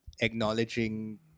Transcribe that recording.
acknowledging